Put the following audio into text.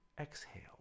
exhale